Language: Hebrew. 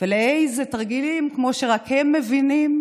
ולאיזה תרגילים, כמו שרק הם מבינים,